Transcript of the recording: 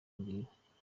umbwira